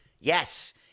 yes